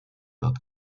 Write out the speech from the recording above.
dort